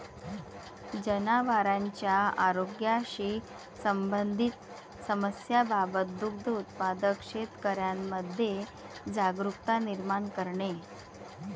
जनावरांच्या आरोग्याशी संबंधित समस्यांबाबत दुग्ध उत्पादक शेतकऱ्यांमध्ये जागरुकता निर्माण करणे